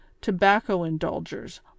tobacco-indulgers